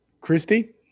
Christy